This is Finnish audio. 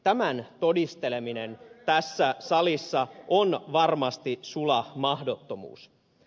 tämän todisteleminen tässä salissa on varmasti sula mahdottomuus